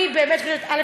אני באמת חושבת, א.